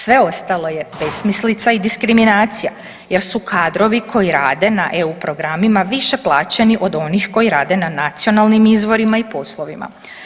Sve ostalo je besmislica i diskriminacija jer su kadrovi koji rade na EU programima više plaćeni od onih koji rade na nacionalnim izvorima i poslovima.